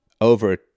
over